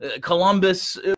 Columbus